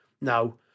now